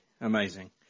amazing